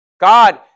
God